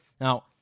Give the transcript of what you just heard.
Now